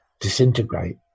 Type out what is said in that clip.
disintegrate